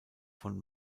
von